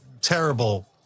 terrible